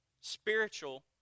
Spiritual